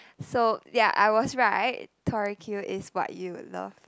so ya I was right Tori Q is what you would love